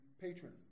patron